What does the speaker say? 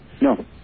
No